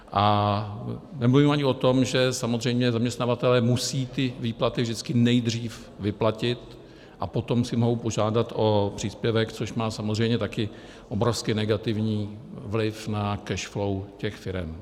A nemluvím ani o tom, že samozřejmě zaměstnavatelé musejí ty výplaty vždycky nejdřív vyplatit a potom si mohou požádat o příspěvek, což má samozřejmě taky obrovsky negativní vliv na cash flow těch firem.